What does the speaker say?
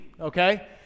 Okay